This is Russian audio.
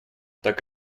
так